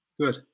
Good